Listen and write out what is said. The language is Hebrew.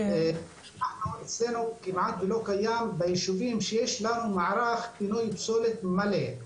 אנחנו אצלנו כמעט ולא קיים בישובים שיש לנו מערך פינוי פסולת מלא.